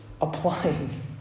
applying